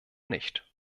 nicht